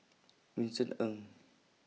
Vincent N